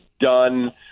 done